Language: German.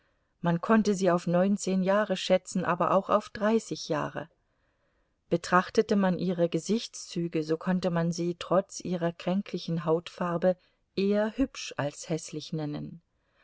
man konnte sie auf neunzehn jahre schätzen aber auch auf dreißig jahre betrachtete man ihre gesichtszüge so konnte man sie trotz ihrer kränklichen hautfarbe eher hübsch als häßlich nennen